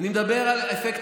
אני מדבר על אפקט